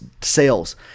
sales